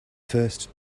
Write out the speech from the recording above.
first